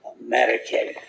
American